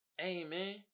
Amen